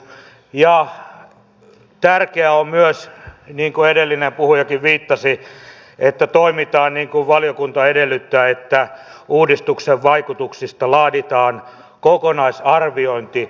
ja tärkeää on myös mihin edellinenkin puhuja viittasi että toimitaan niin kuin valiokunta edellyttää että uudistuksen vaikutuksista laaditaan kokonaisarviointi